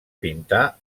pintar